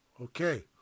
okay